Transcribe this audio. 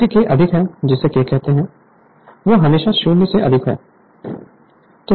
क्योंकि K अधिक है जिसे K कहते हैं वह हमेशा 0 से अधिक है